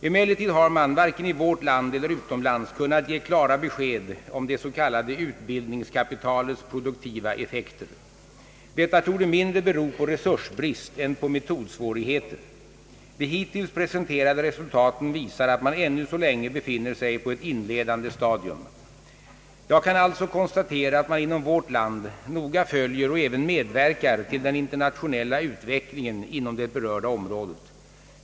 Emellertid har man varken i vårt land eller utomlands kunnat ge klara besked om det s.k. utbildningskapitalets produktiva effekter. Detta torde mindre bero på resursbrist än på metodsvårigheter. De hittills presenterade resultaten visar att man ännu så länge befinner sig på ett inledande stadium. Jag kan alltså konstatera att man inom vårt land noga följer och även medverkar till den internationella utvecklingen inom det berörda området.